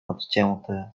odcięty